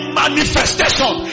manifestation